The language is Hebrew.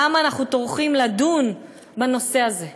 למה אנחנו טורחים לדון בנושא הזה.